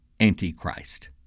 Antichrist